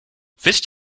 wisst